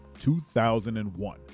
2001